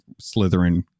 slytherin